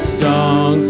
song